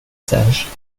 sage